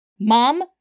Mom